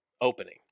opening